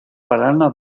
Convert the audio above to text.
barana